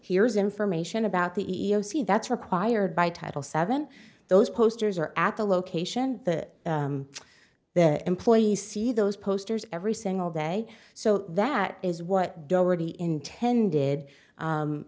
here is information about the e e o c that's required by title seven those posters are at the location that their employees see those posters every single day so that is what doherty intended